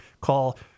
call